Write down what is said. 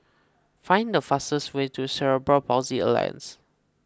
find the fastest way to Cerebral Palsy Alliance